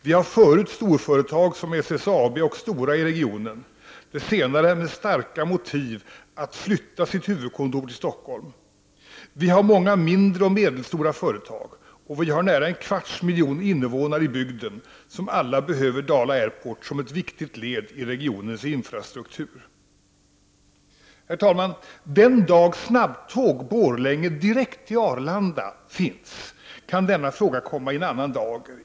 Vi har sedan tidigare storföretag som SSAB och STORA i regionen — det senare har starka motiv att flytta sitt huvudkontor till Stockholm. Vi har också många mindre och medelstora företag. Dessutom finns det närmare en kvarts miljon invånare i bygden som alla behöver Dala Airport, som är ett viktigt led i regionens infrastruktur. Herr talman! Den dag det finns snabbtåg från Borlänge och direkt till Arlanda kan denna fråga komma i en annan dager.